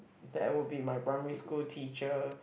that would be my primary school teacher